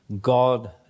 God